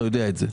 אתה יודע את זה.